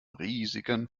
riesigen